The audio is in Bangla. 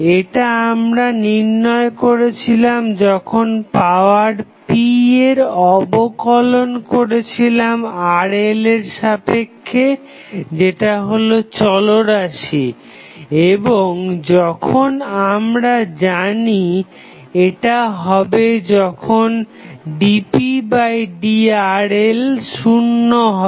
এটা আমরা নির্ণয় করেছিলাম যখন পাওয়ার p এর অবকলন করেছিলাম RL এর সাপেক্ষে যেটা হলো চলরাশি এবং এখন আমরা জানি এটা হবে যখন dpdRL শুন্য হবে